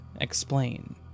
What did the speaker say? explain